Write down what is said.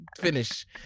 finish